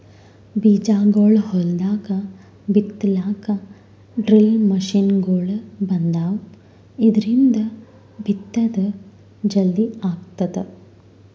ಬೀಜಾಗೋಳ್ ಹೊಲ್ದಾಗ್ ಬಿತ್ತಲಾಕ್ ಡ್ರಿಲ್ ಮಷಿನ್ಗೊಳ್ ಬಂದಾವ್, ಇದ್ರಿಂದ್ ಬಿತ್ತದ್ ಜಲ್ದಿ ಆಗ್ತದ